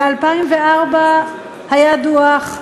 ב-2004 היה דוח,